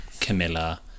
Camilla